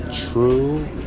true